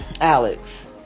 Alex